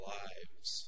lives